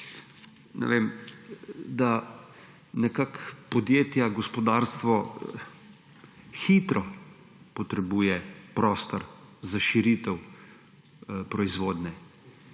da podjetja, gospodarstvo hitro potrebujejo prostor za širitev proizvodnje,